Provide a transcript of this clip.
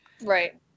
Right